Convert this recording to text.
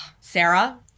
Sarah